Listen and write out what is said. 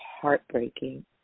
heartbreaking